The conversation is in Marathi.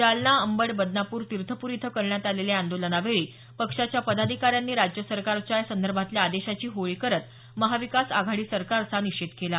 जालना अंबड बदनापूर तीर्थपुरी इथं करण्यात आलेल्या या आंदोलनावेळी पक्षाच्या पदाधिकाऱ्यांनी राज्य सरकारच्या या संदर्भातल्या आदेशाची होळी करत महाविकास आघाडी सरकारचा निषेध केला